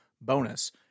bonus